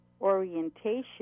orientation